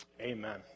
Amen